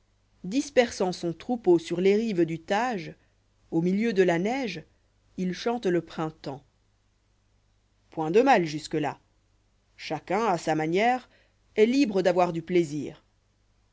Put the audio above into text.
dispersant son troupeau sur les rives du tage au milieu de la neige il chante le printemps point de mal jusque là chacun à sa manière est libre d'avoir du plaisir